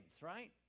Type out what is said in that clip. right